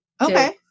Okay